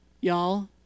y'all